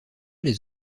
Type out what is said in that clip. les